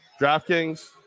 DraftKings